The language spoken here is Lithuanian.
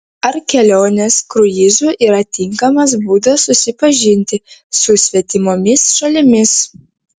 ar kelionės kruizu yra tinkamas būdas susipažinti su svetimomis šalimis